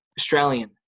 Australian